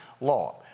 law